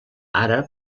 àrab